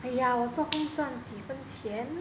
!aiya! 我赚几分钱